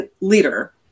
leader